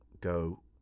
go